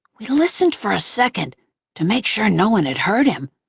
we listened for a second to make sure no one had heard him.